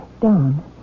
Don